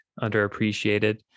underappreciated